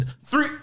three